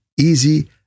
easy